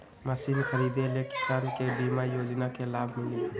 Machine खरीदे ले किसान के बीमा योजना के लाभ मिली?